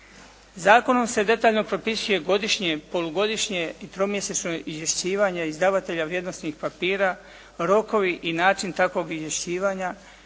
Zakonom se detaljno propisuje godišnje, polugodišnje i tromjesečno izvješćivanje izdavatelja vrijednosnih papira, rokovi i način takvog izvješćivanja